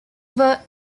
were